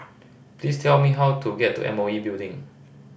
please tell me how to get to M O E Building